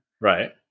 right